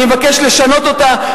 אני מבקש לשנות אותה,